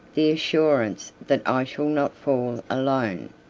the assurance that i shall not fall alone.